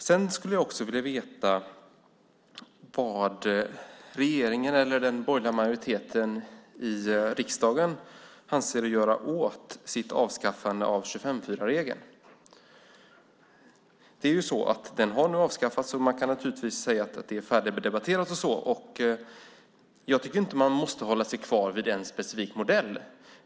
Jag skulle också vilja veta vad regeringen eller den borgerliga majoriteten i riksdagen avser att göra åt sitt avskaffande av 25:4-regeln. Den har nu avskaffats, och man kan naturligtvis säga att det hela är färdigdebatterat. Jag tycker inte att man måste hålla sig kvar vid den specifika modellen.